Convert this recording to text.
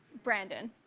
brandon.